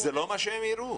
זה לא מה שהם הראו.